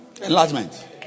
Enlargement